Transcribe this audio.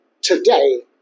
today